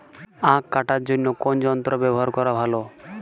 আঁখ কাটার জন্য কোন যন্ত্র ব্যাবহার করা ভালো?